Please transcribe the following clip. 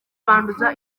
banduza